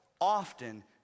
often